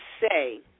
say